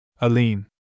Aline